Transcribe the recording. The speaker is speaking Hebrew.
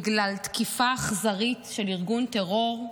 בגלל תקיפה אכזרית של ארגון טרור,